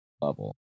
level